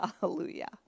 Hallelujah